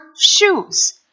shoes